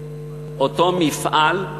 אותו מפעל,